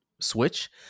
Switch